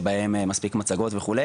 שבהם מספיק מצגות וכו'.